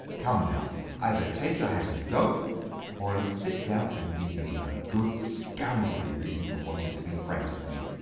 come now either take your hat and go or else sit down and give me a good scoundrelly reason for wanting to be friends with me.